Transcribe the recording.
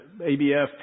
ABF